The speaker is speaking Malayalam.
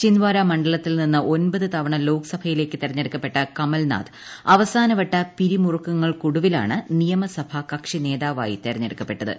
ചിന്ദ്വാര മണ്ഡലത്തിൽ നിന്ന് ഒമ്പത് തവണ ലോക്സഭയിലേക്ക് തിരഞ്ഞെടുക്കപ്പെട്ട കമൽനാഥ് അവസാനവട്ട പിരിമുറുക്കങ്ങൾക്കൊടുവിലാണ് നിയമസഭാ കക്ഷി നേതാവായി തിരഞ്ഞെടുക്കപ്പെട്ടത്